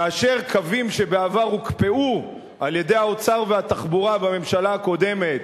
כאשר קווים שבעבר הוקפאו על-ידי האוצר והתחבורה בממשלה הקודמת,